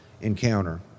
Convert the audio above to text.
encounter